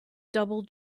double